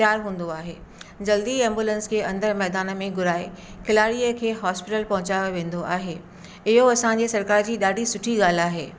तयारु हूंदो आहे जल्दी एम्बुलेंस खे अंदरु मैदान में घुराए खिलाड़ीअ खे हॉस्पिटल पहुचायो वेंदो आहे इहो असांजी सरकार जी ॾाढी सुठी ॻाल्ह आहे